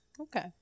Okay